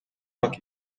mak